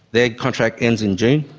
their contract ends in june,